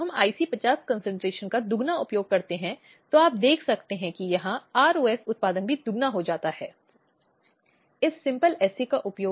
विभिन्न अन्य अधिकार हैं जो आपराधिक प्रक्रियात्मक कानून के तहत सुनिश्चित किए गए हैं